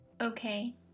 okay